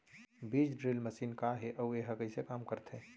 बीज drill machine का हे अऊ एहा कइसे काम करथे?